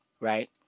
right